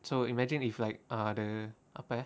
so imagine if like ah the apa eh